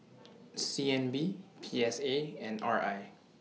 C N B P S A and R I